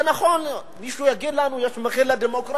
זה נכון, מישהו יגיד לנו שיש מחיר לדמוקרטיה,